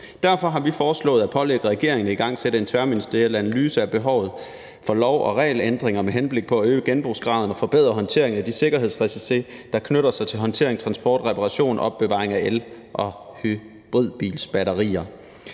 Derfor har vi foreslået at pålægge regeringen at igangsætte en tværministeriel analyse af behovet for lov- og regelændringer med henblik på at øge genbrugsgraden og forbedre håndteringen af de sikkerhedsrisici, der knytter sig til håndtering, transport, reparation og opbevaring af el- og hybridbilsbatterier.